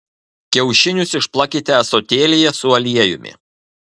kiaušinius išplakite ąsotėlyje su aliejumi